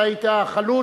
אתה היית החלוץ